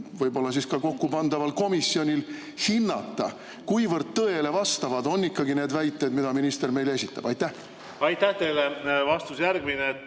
võib-olla kokkupandaval komisjonil hinnata, kuivõrd tõele vastavad on ikkagi need väited, mida minister meile esitab? Aitäh teile! Vastus järgmine: